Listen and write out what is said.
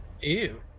Ew